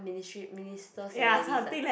ministry minister salaries ah